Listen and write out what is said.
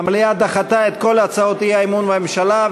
המליאה דחתה את כל הצעות האי-אמון בממשלה.